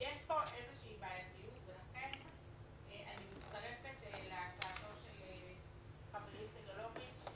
יש פה איזושהי בעייתיות ולכן אני מצטרפת להצעתו של חברי סגלוביץ'.